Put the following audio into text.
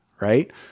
right